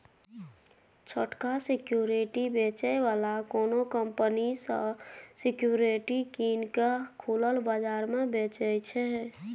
छोटका सिक्युरिटी बेचै बला कोनो कंपनी सँ सिक्युरिटी कीन केँ खुलल बजार मे बेचय छै